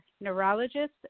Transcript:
neurologist